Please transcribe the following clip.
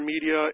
media